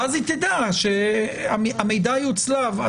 ואז היא תדע שהמידע יוצלב.